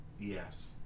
Yes